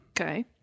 Okay